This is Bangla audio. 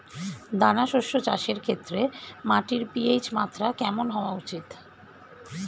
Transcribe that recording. দানা শস্য চাষের ক্ষেত্রে মাটির পি.এইচ মাত্রা কেমন হওয়া উচিৎ?